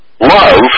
love